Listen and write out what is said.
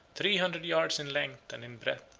three hundred yards in length and in breadth,